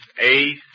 Ace